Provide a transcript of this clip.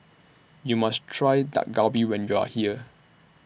YOU must Try Dak Galbi when YOU Are here